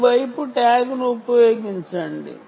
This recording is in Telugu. ఈ వైపు ట్యాగ్ను ఉపయోగించండి